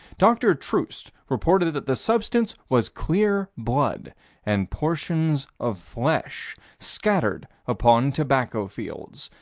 dr. troost reported that the substance was clear blood and portions of flesh scattered upon tobacco fields.